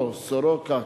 כמו "סורוקה",